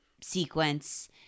sequence